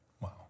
Wow